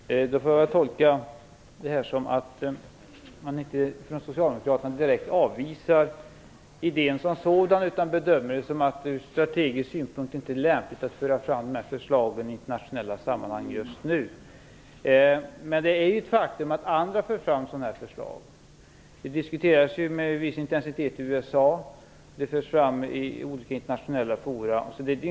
Herr talman! Jag får tolka det som att man från Socialdemokraterna inte direkt avvisar idén som sådan utan bedömer det som att det ur strategisk synpunkt inte är lämpligt att föra fram dessa förslag i internationella sammahang just nu. Men det är ett faktum att andra för fram sådana förslag. Det diskuteras med viss intensitet i USA, och det förs fram i olika internationella forum.